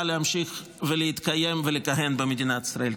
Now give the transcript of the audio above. להמשיך ולהתקיים ולכהן במדינת ישראל.